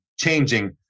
changing